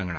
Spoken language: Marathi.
रंगणार